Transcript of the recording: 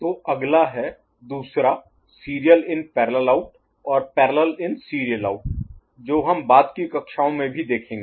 तो अगला है दूसरा SIPO और PISO जो हम बाद की कक्षाओं में भी देखेंगे